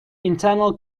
internal